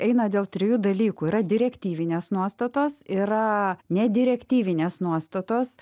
eina dėl trijų dalykų yra direktyvinės nuostatos yra nedirektyvinės nuostatos